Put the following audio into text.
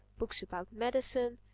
books about medicine,